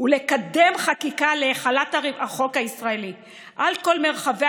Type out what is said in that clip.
ולקדם חקיקה להחלת החוק הישראלי על כל מרחבי